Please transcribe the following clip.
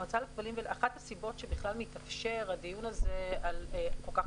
אחת הסיבות שבכלל מתאפשר הדיון הזה כל כך